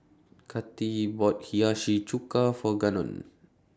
Cathi bought Hiyashi Chuka For Gannon